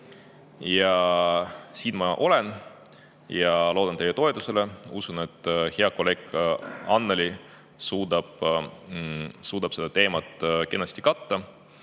Siin ma olen ja loodan teie toetusele. Usun, et hea kolleeg Annely suudab seda teemat kenasti katta.